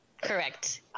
Correct